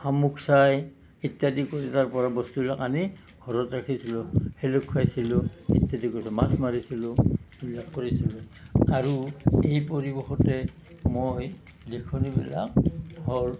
শামুক চাই ইত্যাদি কৰি তাৰ পৰা বস্তুবিলাক আনি ঘৰত ৰাখিছিলোঁ সেইবিলাক চাইছিলোঁ ইত্যাদি কৰি মাছ মাৰিছিলোঁ এইবিলাক কৰিছিলোঁ আৰু এই পৰিৱেশতে মই লিখনিবিলাক ঘৰতে